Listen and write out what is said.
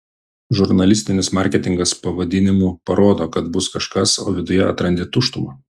žurnalistinis marketingas pavadinimu parodo kad bus kažkas o viduje atrandi tuštumą